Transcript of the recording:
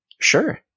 Sure